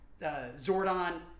Zordon